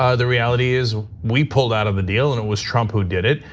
ah the reality is we pulled out of the deal, and it was trump who did it.